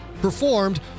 Performed